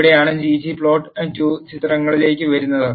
ഇവിടെയാണ് ggplot2 ചിത്രത്തിലേക്ക് വരുന്നത്